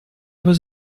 was